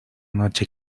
noche